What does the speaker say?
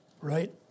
Right